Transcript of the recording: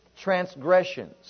transgressions